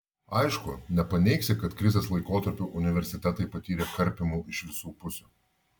aišku nepaneigsi kad krizės laikotarpiu universitetai patyrė karpymų iš visų pusių